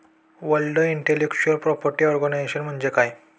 World Intellectual Property Organization म्हणजे काय?